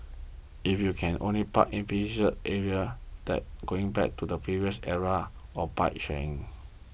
if you can only park in area then going back to the previous era of bike sharing